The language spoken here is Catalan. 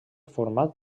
format